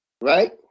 right